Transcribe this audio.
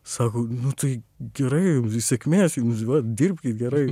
sako nu tai gerai sėkmės jums va dirbkit gerai